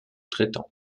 traitant